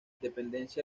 dependencia